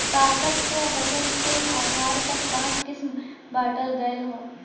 कागज क वजन के आधार पर पाँच किसम बांटल गयल हौ